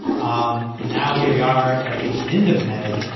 um and now here we are at the end of may.